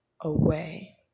away